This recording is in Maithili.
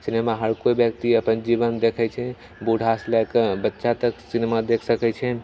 सिनेमा हर केओ व्यक्ति अपन जीबनमे देखैत छै बूढ़ा से लऽ के बच्चा तक सिनेमा देखि सकैत छै